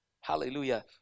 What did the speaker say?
Hallelujah